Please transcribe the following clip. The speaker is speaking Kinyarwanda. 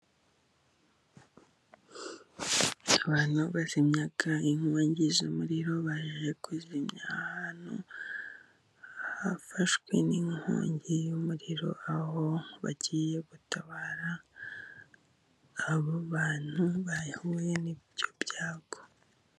Abantu bazimya inkongi z'umuriro baje kuzimya ahantu hafashwe n'inkongi y'umuriro. Aho bagiye gutabara abo bantu bahuye n'ibyo byago.